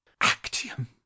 Actium